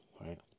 Right